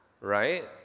right